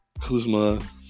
Kuzma